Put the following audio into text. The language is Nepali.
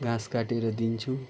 घाँस काटेर दिन्छु